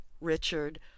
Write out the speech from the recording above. Richard